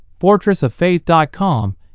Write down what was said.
fortressoffaith.com